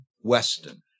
Weston